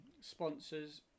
sponsors